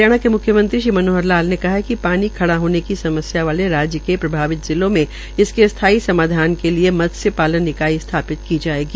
हरियाणा के मुख्यमंत्री श्री मनोहर लाल ने कहा है कि पानी खड़ा होने की समस्या वाले राज्य के प्रभावित जिलों में इसके स्थाई समाधान के लिए मत्स्य पालन इकाई स्थापित की जायेगी